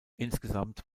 insgesamt